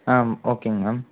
ஆ ஓகேங்க மேம்